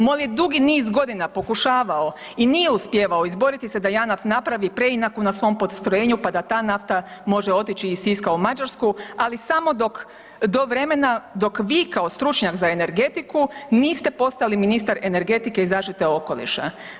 MOL je dugi niz godina pokušavao i nije uspijevao izboriti se da Janaf napravi preinaku na svom postrojenju pa da ta nafta može otići iz Siska u Mađarsku, ali samo do vremena dok vi kao stručnjak za energetiku niste postali ministar energetike i zaštite okoliša.